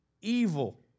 evil